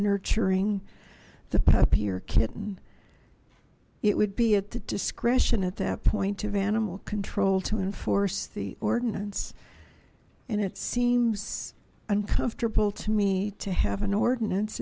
nurturing the puppy or kitten it would be at the discretion at that point of animal control to enforce the ordinance and it seems uncomfortable to me to have an ordinance